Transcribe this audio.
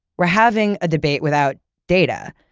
we're having a debate without data.